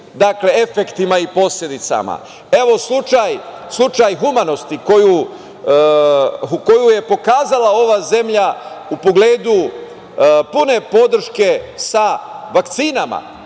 velikim efektima i posledicama. Evo, slučaj humanosti koju je pokazala ova zemlja u pogledu pune podrške sa vakcinama,